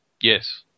Yes